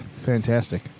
Fantastic